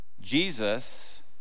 Jesus